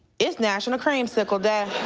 it's national creamsicle day.